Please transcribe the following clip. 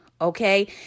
okay